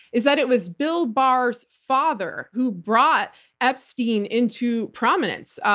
is that it was bill barr's father who brought epstein into prominence.